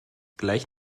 gleich